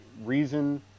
reason